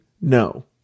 No